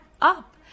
up